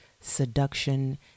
seduction